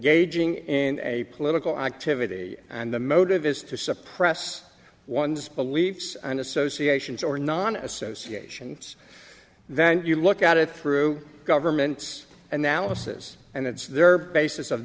engaging in a political activity and the motive is to suppress one's beliefs and associations or non associations then you look at it through government analysis and that's their basis of